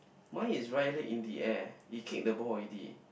mine is right leg in the air it kick the ball already